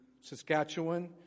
Saskatchewan